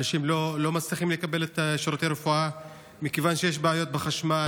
אנשים לא מצליחים לקבל את שירותי הרפואה מכיוון שיש בעיות בחשמל,